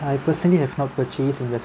I personally have not purchased investment